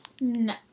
No